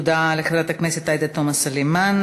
תודה לחברת הכנסת עאידה תומא סלימאן.